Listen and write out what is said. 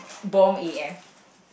bomb A F